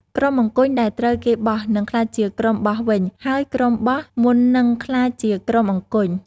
ក្រុមអង្គញ់ដែលត្រូវគេបោះ នឹងក្លាយជាក្រុមបោះវិញ ហើយក្រុមបោះមុននឹងក្លាយជាក្រុមអង្គញ់ ។